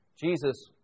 Jesus